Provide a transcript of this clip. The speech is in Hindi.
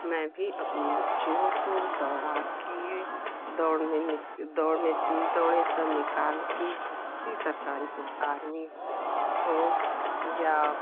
मैं भी अपनी बच्चियों को दौड़ा के दौड़ में दौड़ में तेज़ दौड़े सब निकाल के किसी सरकारी पोस्ट आर्मी हो या